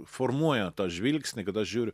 formuoja tą žvilgsnį kad aš žiūriu